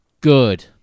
good